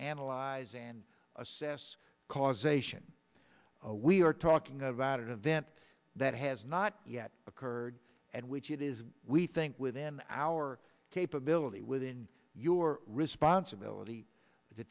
analyze and assess causation we are talking about event that has not yet occurred and which it is we think within our capability within your responsibility to